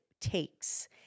takes